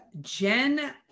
Jen